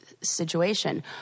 situation